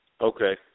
Okay